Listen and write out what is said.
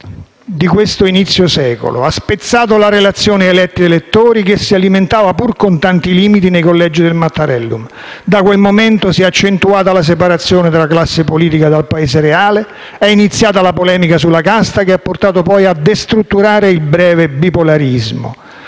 di questo inizio secolo. Ha spezzato la relazione eletti-elettori che si alimentava, pur con tanti limiti, nei collegi del Mattarellum. Da quel momento si è accentuata la separazione della classe politica dal Paese reale ed è iniziata la polemica sulla casta che ha portato poi a destrutturare il breve bipolarismo.